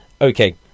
Okay